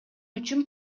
үчүн